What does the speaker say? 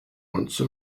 once